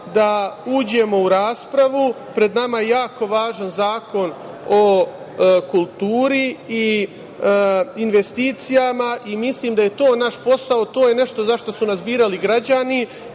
da uđemo u raspravu, pred nama je jako važan Zakon o kulturi i investicijama. Mislim da je to naš posao, to je nešto za šta su nas birali građani,